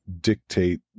dictate